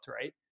right